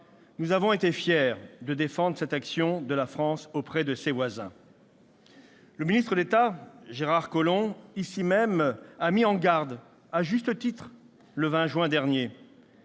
Nous avons été fiers de défendre cette action de la France auprès de ses voisins. Le ministre d'État Gérard Collomb a mis en garde, ici même, et à juste titre, le 20 juin dernier